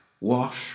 Wash